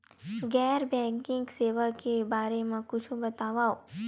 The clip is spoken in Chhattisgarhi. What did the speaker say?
गैर बैंकिंग सेवा के बारे म कुछु बतावव?